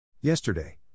Yesterday